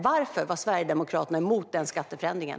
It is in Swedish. Varför var Sverigedemokraterna emot den skatteförändringen?